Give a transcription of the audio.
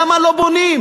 למה לא בונים?